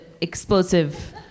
explosive